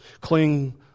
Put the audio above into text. Cling